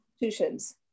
institutions